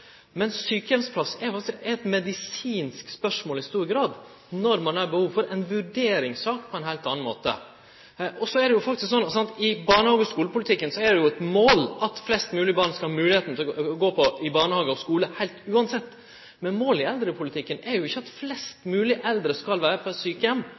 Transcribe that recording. Men når det gjeld sjukeheimsplass, er det i stor grad eit medisinsk spørsmål som ein har behov for å vurdere på ein heilt annan måte. I barnehage- og skulepolitikken er det eit mål at flest mogleg barn skal ha moglegheit til å gå i barnehage og skule uansett. Målet i eldrepolitikken er jo ikkje at flest mogleg eldre skal vere på